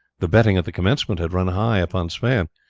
the betting at the commencement had run high upon sweyn,